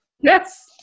Yes